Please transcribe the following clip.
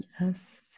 Yes